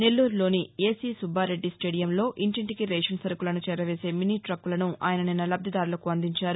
నెల్లూరులోని ఏసీ సుబ్బారెడ్డి స్టేడియంలో ఇంటింటికి రేషన్ సరకులను చేరవేసే మినీ టక్కు లను ఆయన నిన్న లబ్దిదారులకు అందించారు